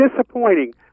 disappointing